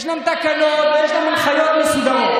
ישנן תקנות וישנן הנחיות מסודרות.